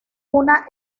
una